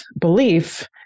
belief